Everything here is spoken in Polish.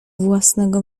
własnego